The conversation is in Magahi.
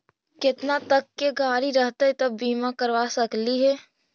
केतना तक के गाड़ी रहतै त बिमा करबा सकली हे?